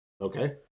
Okay